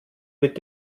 mit